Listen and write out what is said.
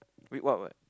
wait what what